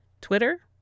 Twitter